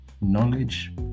knowledge